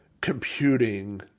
computing